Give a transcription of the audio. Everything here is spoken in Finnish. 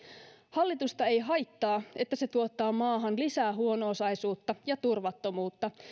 hallitusta ei haittaa että se tuottaa maahan lisää huono osaisuutta ja turvattomuutta